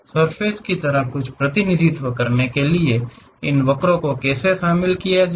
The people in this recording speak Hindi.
सर्फ़ेस की तरह कुछ का प्रतिनिधित्व करने के लिए इन वक्रों को कैसे शामिल किया जाए